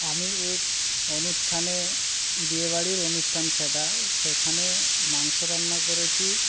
আমি এক অনুষ্ঠানে বিয়ে বাড়ির অনুষ্ঠান সেটা সেখানে মাংস রান্না করেছি